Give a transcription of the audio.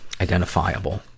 identifiable